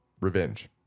revenge